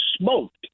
smoked